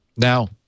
Now